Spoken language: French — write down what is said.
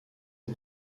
est